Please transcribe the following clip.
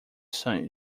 son